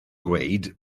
dweud